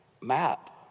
map